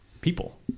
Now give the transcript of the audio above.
people